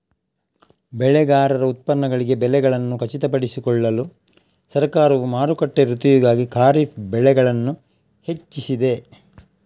ಬೆಳೆಗಾರರ ಉತ್ಪನ್ನಗಳಿಗೆ ಬೆಲೆಗಳನ್ನು ಖಚಿತಪಡಿಸಿಕೊಳ್ಳಲು ಸರ್ಕಾರವು ಮಾರುಕಟ್ಟೆ ಋತುವಿಗಾಗಿ ಖಾರಿಫ್ ಬೆಳೆಗಳನ್ನು ಹೆಚ್ಚಿಸಿದೆ